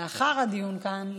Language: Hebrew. לאחר הדיון כאן,